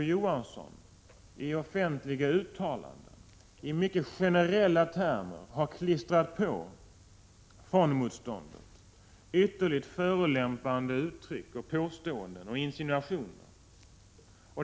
Å. Johansson har i offentliga uttalanden i mycket generella termer klistrat på fondmotståndet ytterligt förolämpande uttryck, påståenden och insinuationer.